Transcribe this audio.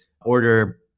order